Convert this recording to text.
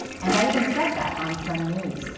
and i even said that on sun news.